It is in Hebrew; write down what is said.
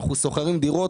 אנחנו שוכרים דירות.